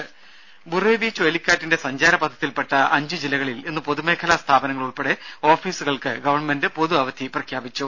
രംഭ ബുറേവി ചുഴലിക്കാറ്റിന്റെ സഞ്ചാരപഥത്തിൽപെട്ട അഞ്ചു ജില്ലകളിൽ ഇന്ന് പൊതു മേഖലാ സ്ഥാപനങ്ങൾ ഉൾപ്പെടെ ഓഫീസുകൾക്ക് ഗവൺമെന്റ് പൊതു അവധി പ്രഖ്യാപിച്ചു